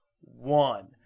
one